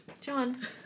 John